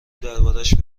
دربارش